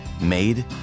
made